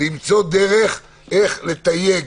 למצוא דרך איך לתייג